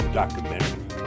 documentary